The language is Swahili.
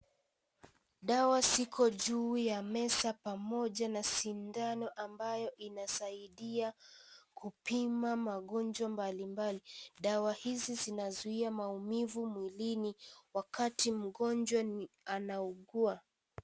Dawa ziko juu ya meza pamoja na sindano ambayo inasaidia kupima magonjwa mbalimbali . Dawa hizi zinazuia maumivu mwilini wakati mgonjwa anaugua.